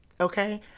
Okay